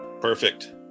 Perfect